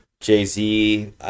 Jay-Z